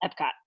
Epcot